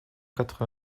quatre